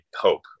hope